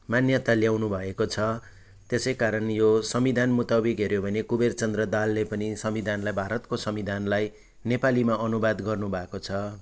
मान्यता ल्याउनु भएको छ त्यसै कारण यो संविधान मुताबिक हेऱ्यो भने कुबेरचन्द्र दाहालले पनि संविधानलाई भारतको संविधानलाई नेपालीमा अनुवाद गर्नुभएको छ